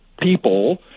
people